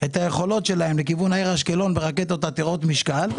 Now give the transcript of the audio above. את היכולות שלהם לכיוון העיר אשקלון ברקטות עתירות משקל,